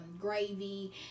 gravy